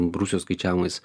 rusijos skaičiavimais